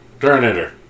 Terminator